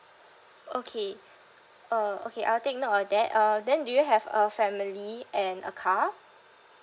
okay uh okay I'll take note of that uh then do you have a family and a car